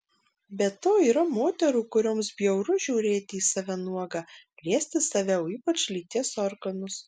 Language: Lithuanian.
be to yra moterų kurioms bjauru žiūrėti į save nuogą liesti save o ypač lyties organus